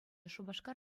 шупашкар